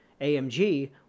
AMG